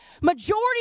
majority